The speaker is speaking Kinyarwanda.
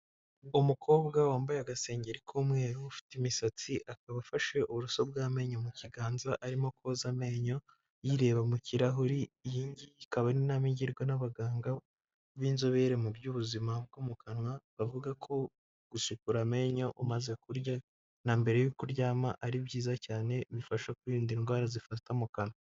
Umukobwa wambaye agasengenge k'umweru ufite imisatsi akaba afashe uburoso bw'amenyo mu kiganza arimo koza amenyo yireba mu kirahurigi, ikaba ari inama igirwa n'abaganga b'inzobere mu by'ubuzima bwo mu kanwa bavuga ko gusukura amenyo umaze kurya na mbere yo kuryama ari byiza cyane bifasha kwirinda indwara zifata mu kanwa.